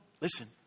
listen